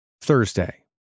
Thursday